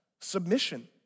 submission